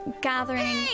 gathering